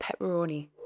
pepperoni